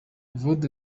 evode